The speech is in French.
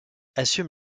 assume